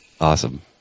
Awesome